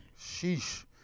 Sheesh